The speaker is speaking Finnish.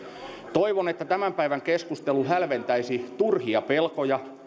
toivon että tämän päivän keskustelu hälventäisi turhia pelkoja